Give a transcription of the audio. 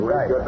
Right